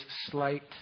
slight